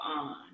on